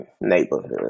neighborhood